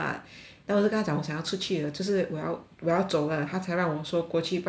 then 我就跟他讲我想要出去了就是我要我要走了他才让我过去不然他就问我